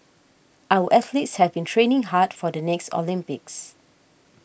our athletes have been training hard for the next Olympics